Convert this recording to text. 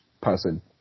person